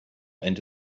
into